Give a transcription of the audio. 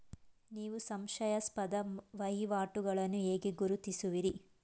ನೀವು ಸಂಶಯಾಸ್ಪದ ವಹಿವಾಟುಗಳನ್ನು ಹೇಗೆ ಗುರುತಿಸುವಿರಿ?